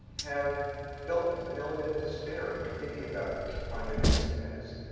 have felt an element of despair when thinking about kind of and its impacts?